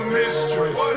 mistress